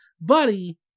Buddy